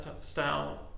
style